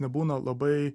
nebūna labai